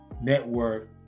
Network